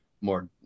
more